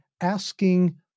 asking